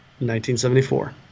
1974